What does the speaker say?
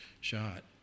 shot